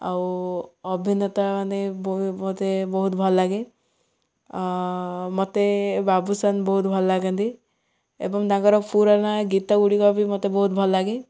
ଆଉ ଅଭିନେତା ମାନେ ମତେ ବହୁତ ଭଲ ଲାଗେ ମତେ ବାବୁସାନ ବହୁତ ଭଲ ଲାଗନ୍ତି ଏବଂ ତାଙ୍କର ପୁରାଣ ଗୀତ ଗୁଡ଼ିକ ବି ମତେ ବହୁତ ଭଲ ଲାଗେ